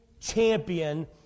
champion